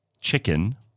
chicken